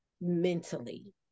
mentally